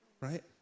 right